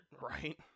right